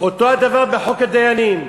אותו הדבר בחוק הדיינים.